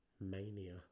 mania